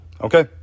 Okay